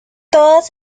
todos